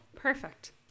perfect